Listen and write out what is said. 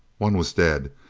one was dead.